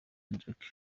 jackie